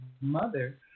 mother